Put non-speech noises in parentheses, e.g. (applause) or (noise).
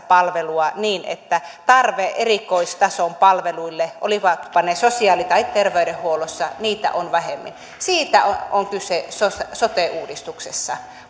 (unintelligible) palvelua niin että tarvetta erikoistason palveluille olivatpa ne sosiaali tai terveydenhuollossa on vähemmän siitä on kyse sote sote uudistuksessa (unintelligible)